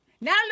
Now